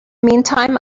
meantime